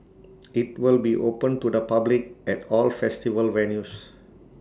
IT will be open to the public at all festival venues